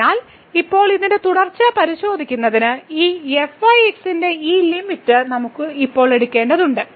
അതിനാൽ ഇപ്പോൾ ഇതിന്റെ തുടർച്ച പരിശോധിക്കുന്നതിന് ഈ fyx ന്റെ ഈ ലിമിറ്റ് നമുക്ക് ഇപ്പോൾ എടുക്കേണ്ടതുണ്ട്